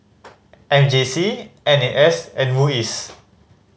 M J C N A S and MUIS